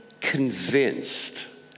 convinced